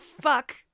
fuck